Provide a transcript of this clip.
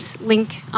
link